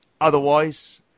Otherwise